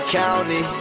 county